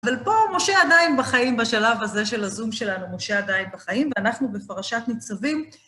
אבל פה משה עדיין בחיים, בשלב הזה של הזום שלנו, משה עדיין בחיים ואנחנו בפרשת ניצבים.